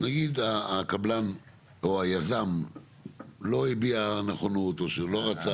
נגיד הקבלן או היזם לא הביע נכונות או שלא רצה.